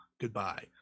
goodbye